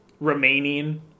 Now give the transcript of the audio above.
remaining